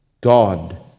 God